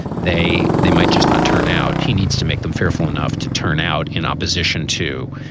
they they might just not turn out. he needs to make them fearful enough to turn out in opposition to.